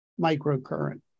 microcurrent